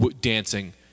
dancing